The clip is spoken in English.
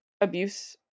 abuse